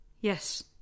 Yes